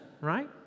Right